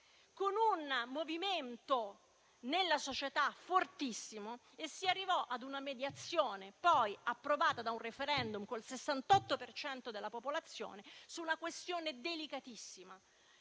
con un movimento nella società fortissimo. Si arrivò a una mediazione, poi approvata da un *referendum* con il 68 per cento dei voti, su una questione delicatissima.